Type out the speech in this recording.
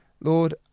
Lord